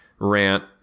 rant